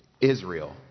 Israel